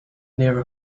near